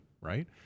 right